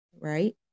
right